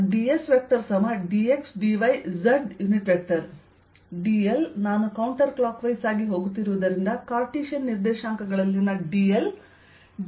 dsdxdyz dl ನಾನು counterclockwise ಆಗಿ ಹೋಗುತ್ತಿರುವುದರಿಂದ ಕಾರ್ಟೇಶಿಯನ್ ನಿರ್ದೇಶಾಂಕಗಳಲ್ಲಿನ dl dx x plus dy y ಆಗಿರುತ್ತದೆ